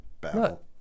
battle